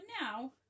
now